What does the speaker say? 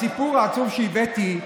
הסיפור העצוב שהבאתי,